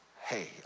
Hey